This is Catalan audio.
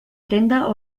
tenda